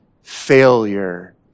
failure